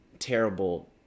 terrible